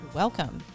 welcome